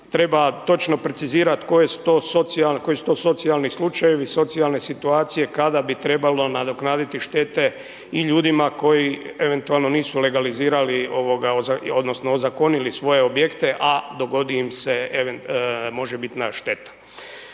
treba točno precizirati koje su to socijalni slučajevi, socijalne situacije kada bi trebalo nadoknaditi štete i ljudima koji eventualno nisu legalizirali odnosno ozakonili svoje objekte, a dogodi im se možebitna šteta.